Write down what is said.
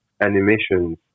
animations